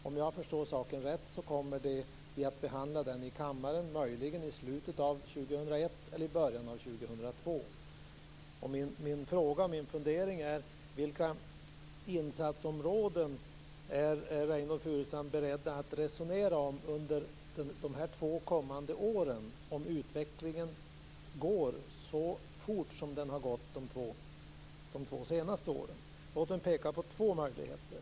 Om jag förstår saken rätt kommer vi att behandla resultatet i kammaren möjligen i slutet av år 2001 eller i början av år Min fråga och min fundering är: Vilka insatsområden är Reynoldh Furustrand beredd att resonera om under de två kommande åren, om utvecklingen går så fort som den har gått under de två senaste åren? Låt mig peka på två möjligheter.